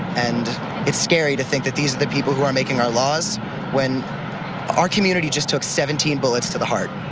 and it's scary to think that these are the people who are making our laws when our community just took seventeen bullets to the heart,